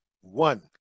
one